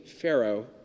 pharaoh